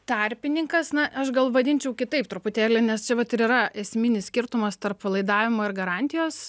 tarpininkas na aš gal vadinčiau kitaip truputėlį nes čia vat ir yra esminis skirtumas tarp laidavimo ir garantijos